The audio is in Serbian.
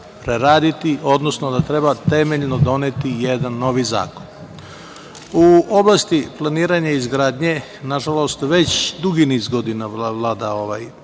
preraditi, odnosno da treba temeljno doneti jedan novi zakon.U oblasti planiranja i izgradnje, nažalost već dugi niz godina vlada ovaj,